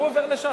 הוא עובר לש"ס?